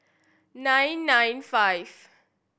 nine nine five